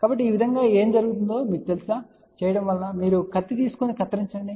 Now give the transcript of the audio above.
కాబట్టి ఈ విధంగా ఏమి జరుగుతుందో మీకు తెలుసా మీరు కత్తి తీసుకొని కత్తిరించండి